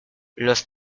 los